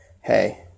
Hey